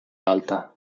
alta